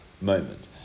moment